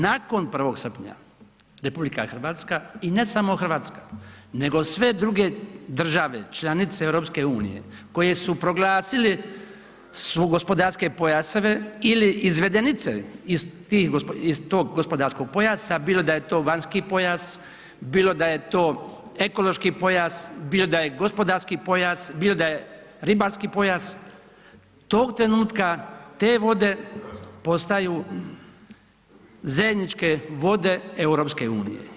Nakon 1. srpnja RH i ne samo Hrvatska nego sve druge države članice EU koje su proglasile gospodarske pojaseve ili izvedenice iz tog gospodarskog pojasa, bilo da je to vanjski pojas, bilo da je ekološki pojas, bilo da je gospodarski pojas, bilo da je ribarski pojas, tog trenutka, te vode postaju zajedničke vode EU.